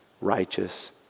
righteous